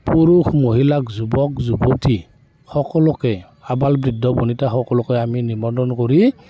পুৰুষ মহিলাক যুৱক যুৱতী সকলোকে আবাল বৃদ্ধ বনিতা সকলোকে আমি নিমন্ত্ৰণ কৰি